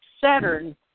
Saturn